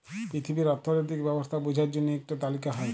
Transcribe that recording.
পিথিবীর অথ্থলৈতিক ব্যবস্থা বুঝার জ্যনহে ইকট তালিকা হ্যয়